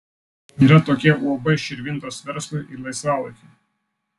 yra tokia uab širvintos verslui ir laisvalaikiui